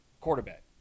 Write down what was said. quarterback